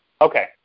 Okay